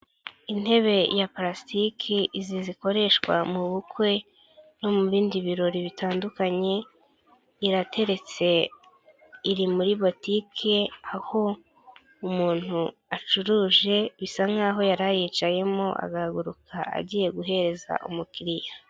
Intebe ya palastiki, izi zikoreshwa mu bukwe no mu bindi birori bitandukanye, irateretse iri muri politiki aho umuntu ucuruza bisa nkaho ayicayemo agahaguruka agiye guhereza umukiriya.